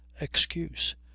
excuse